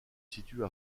situe